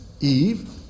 Eve